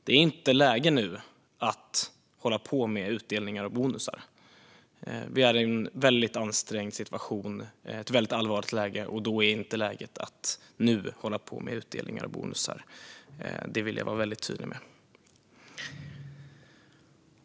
Det är inte läge att nu hålla på med utdelningar och bonusar. Vi är i en väldigt ansträngd situation i ett väldigt allvarligt läge. Då är det inte läge att hålla på med utdelningar och bonusar. Det vill jag vara väldigt tydlig med.